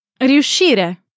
Riuscire